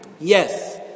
yes